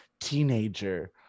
teenager